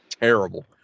terrible